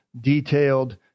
detailed